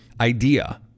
idea